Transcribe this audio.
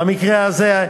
במקרה הזה,